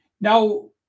Now